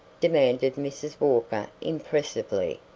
demanded mrs. walker impressively.